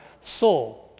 soul